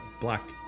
Black